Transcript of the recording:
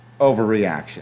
overreaction